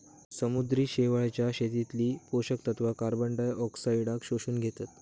समुद्री शेवाळाच्या शेतीतली पोषक तत्वा कार्बनडायऑक्साईडाक शोषून घेतत